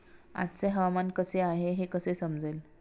आजचे हवामान कसे आहे हे कसे समजेल?